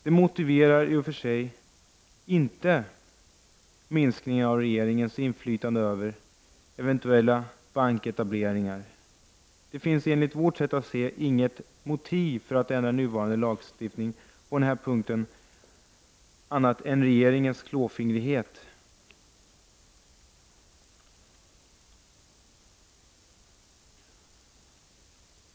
Det motiverar i och för sig inte minskningen av regeringens inflytande över eventuella banketableringar. Det finns, enligt vårt sätt att se, inget annat motiv för att ändra nuvarande lagstiftning på den här punkten än regeringens klåfingrighet.